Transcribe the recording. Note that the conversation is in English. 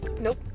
Nope